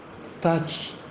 starch